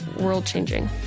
world-changing